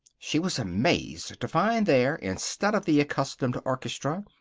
she was amazed to find there, instead of the accustomed orchestra,